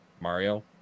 Mario